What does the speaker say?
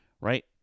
right